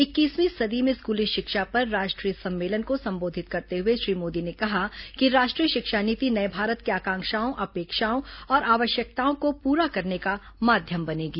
इक्कीसवीं सदी में स्कूली शिक्षा पर राष्ट्रीय सम्मेलन को संबोधित करते हुए श्री मोदी ने कहा कि राष्ट्रीय शिक्षा नीति नये भारत की आकांक्षाओं अपेक्षाओं और आवश्यकताओं को पूरा करने का माध्यम बनेगी